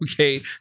Okay